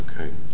Okay